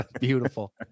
Beautiful